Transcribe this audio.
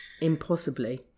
Impossibly